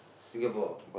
Singapore